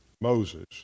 Moses